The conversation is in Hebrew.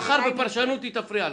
מחר, בפרשנות, היא תפריע לך.